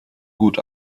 gut